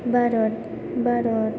Bharat